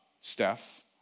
Steph